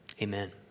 Amen